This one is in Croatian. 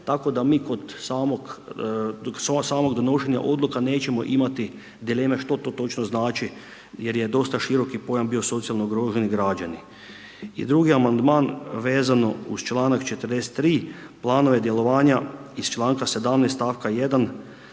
tako mi kod samog donošenja odluka nećemo imati dileme što to točno znači jer je dosta široki pojam bio socijalno ugroženi građani. I drugi amandman vezan uz članak 43. planove djelovanja iz članka 17. stavka 1.